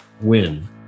WIN